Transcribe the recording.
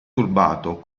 turbato